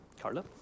Carla